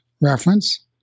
reference